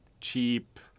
cheap